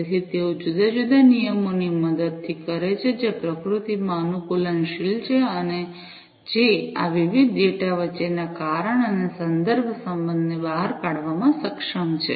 તેથી તેઓ જુદા જુદા નિયમોની મદદથી કરે છે જે પ્રકૃતિમાં અનુકૂલનશીલ છે અને જે આ વિવિધ ડેટા વચ્ચેના કારણ અને સંદર્ભ સંબંધને બહાર કાઢવામાં સક્ષમ છે